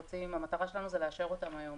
המטרה שלנו היא לאשר אותן היום